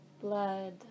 blood